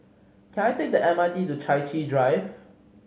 can I take the M R T to Chai Chee Drive